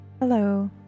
Hello